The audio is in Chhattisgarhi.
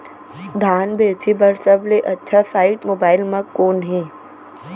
धान बेचे बर सबले अच्छा साइट मोबाइल म कोन हे?